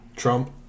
trump